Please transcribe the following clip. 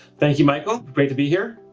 thank you, michael. great to be here.